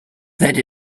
that